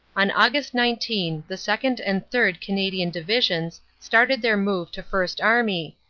on aug. nine, the second. and third. canadian divisions started their move to first army,